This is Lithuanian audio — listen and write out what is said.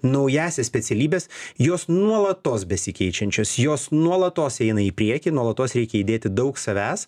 naująsias specialybes jos nuolatos besikeičiančios jos nuolatos eina į priekį nuolatos reikia įdėti daug savęs